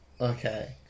Okay